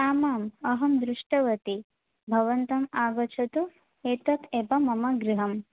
आम् आम् अहं दृष्ट्ववती भवन्तम् आगच्छतु एतत् एव मम गृहम्